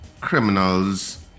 criminals